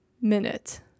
minute